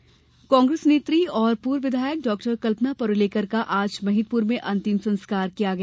कल्पना परूलेकर कांग्रेस नेत्री और पूर्व विधायक डॉ कल्पना परुलेकर का आज महिदपुर में अन्तिम संस्कार किया गया